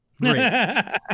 Great